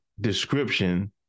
description